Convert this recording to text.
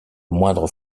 moindre